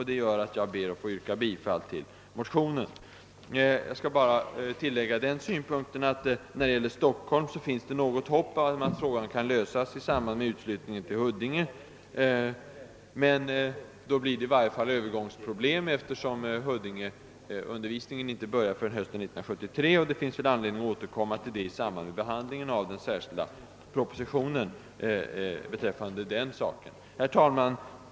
Slutligen vill jag bara tillägga den synpunkten att vad Stockholm beträffar finns det något hopp om att frågan kan lösas i samband med utflyttningen av utbildningen till Huddinge sjukhus, men då uppkommer i varje fall vissa övergångsproblem, eftersom undervisningen där inte kan påbörjas förrän hösten 1973. Den saken får vi väl ta upp i samband med behandlingen av den särskilda propositionen om utbildningen vid Huddingesjukhuset. Herr talman!